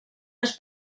les